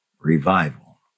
revival